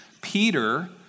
Peter